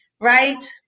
right